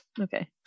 okay